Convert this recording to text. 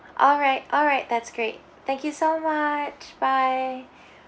alright alright that's great thank you so much bye